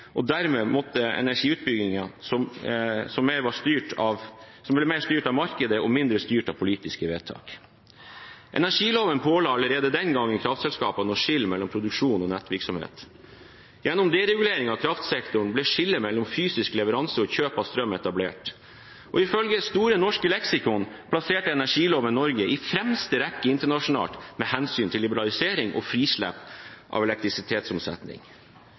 og dermed også for en energiutbygging mer styrt av markedet og mindre av politiske vedtak. Energiloven påla allerede den gang kraftselskapene å skille mellom produksjon og nettvirksomhet. Gjennom dereguleringen av kraftsektoren ble skillet mellom den fysiske leveransen og kjøp av strøm etablert. Ifølge Store norske leksikon plasserte energiloven Norge i fremste rekke internasjonalt med hensyn til liberalisering og frislipp av elektrisitetsomsetning.